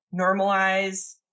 normalize